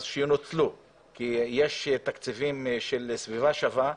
שינוצלו כי יש תקציבים של סביבה שווה,